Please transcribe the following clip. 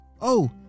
Oh